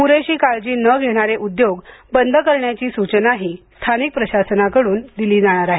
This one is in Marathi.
पुरेशी काळजी न घेणारे उद्योग बंद करण्याची सूचनाही स्थानिक प्रशासनाकडून दिली जाणार आहे